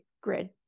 grid